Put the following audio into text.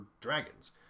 dragons